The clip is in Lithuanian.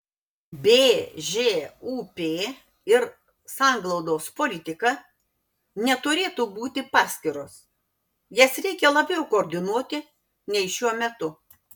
bžūp ir sanglaudos politika neturėtų būti paskiros jas reikia labiau koordinuoti nei šiuo metu